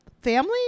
family